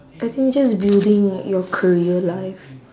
I think just building like your career life